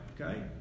Okay